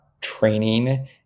training